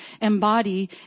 embody